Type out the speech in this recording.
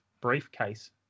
Briefcase